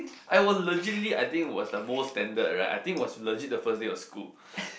I would legitly I think was the most standard right I think was legit the first day of school